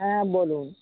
হ্যাঁ বলুন